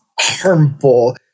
harmful